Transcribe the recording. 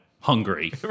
Hungary